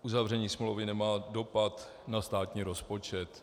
Uzavření smlouvy nemá dopad na státní rozpočet.